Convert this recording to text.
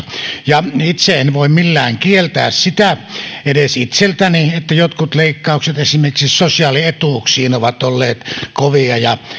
ja itse en voi millään kieltää sitä edes itseltäni että jotkut leikkaukset esimerkiksi sosiaalietuuksiin ovat olleet kovia ja